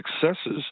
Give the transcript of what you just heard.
successes